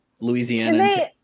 louisiana